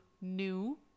new